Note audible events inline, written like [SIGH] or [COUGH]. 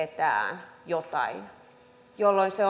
[UNINTELLIGIBLE] että edellytetään jotain jolloin se [UNINTELLIGIBLE]